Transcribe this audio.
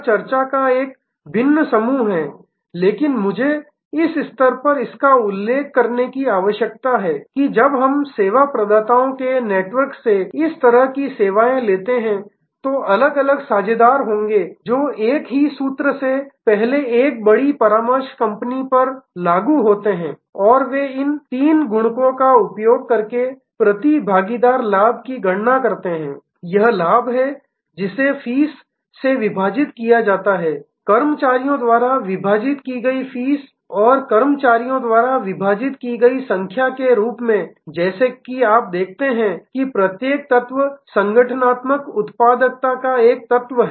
यह चर्चा का एक भिन्न समूह है लेकिन मुझे इस स्तर पर इसका उल्लेख करने की आवश्यकता है कि जब हम सेवा प्रदाताओं के नेटवर्क से इस तरह की सेवाएं लेते हैं तो अलग अलग साझेदार होंगे जो एक ही सूत्र से पहले एक बड़ी परामर्श कंपनी पर लागू होते हैं और वे इन तीन गुणकों का उपयोग करके प्रति भागीदार लाभ की गणना करते हैं यह लाभ है जिसे फीस से विभाजित किया गया है कर्मचारियों द्वारा विभाजित की गई फीस और कर्मचारियों द्वारा विभाजित की गई संख्या के रूप में जैसा कि आप देखते हैं कि प्रत्येक तत्व संगठनात्मक उत्पादकता का एक तत्व है